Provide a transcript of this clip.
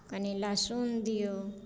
कनी लहसुन दियौ